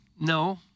No